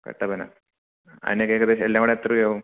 കട്ടപ്പന അതിനൊക്കെ ഏകദേശം എല്ലാം കൂടെ എത്ര രൂപയാകും